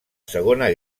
segona